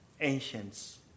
ancients